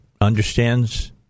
understands